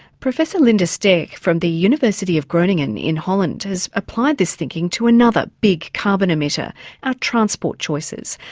professor linda steg from the university of groningen in holland has applied this thinking to another big carbon emitter our transport choices.